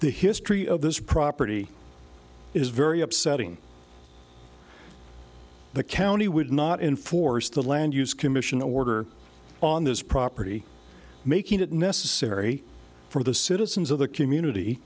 the history of this property is very upsetting the county would not enforce the land use commission order on this property making it necessary for the citizens of the community